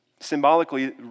Symbolically